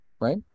Right